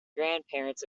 grandparents